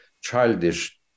childish